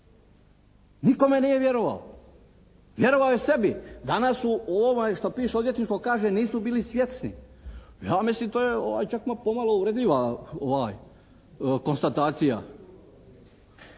Nikome nije vjerovao, vjerovao je sebi. Danas u ovome što piše Odvjetništvo kaže nisu bili svjesni. Ja mislim da to je čak pomalo uvredljiva konstatacija.